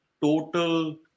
total